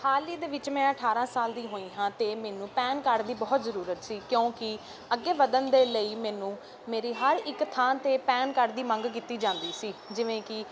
ਹਾਲ ਹੀ ਦੇ ਵਿੱਚ ਮੈਂ ਅਠਾਰਾਂ ਸਾਲ ਦੀ ਹੋਈ ਹਾਂ ਅਤੇ ਮੈਨੂੰ ਪੈਨ ਕਾਰਡ ਦੀ ਬਹੁਤ ਜ਼ਰੂਰਤ ਸੀ ਕਿਉਂਕਿ ਅੱਗੇ ਵਧਣ ਦੇ ਲਈ ਮੈਨੂੰ ਮੇਰੀ ਹਰ ਇੱਕ ਥਾਂ 'ਤੇ ਪੈਨ ਕਾਰਡ ਦੀ ਮੰਗ ਕੀਤੀ ਜਾਂਦੀ ਸੀ ਜਿਵੇਂ ਕਿ